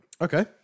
Okay